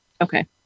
Okay